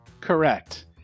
Correct